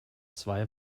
zwei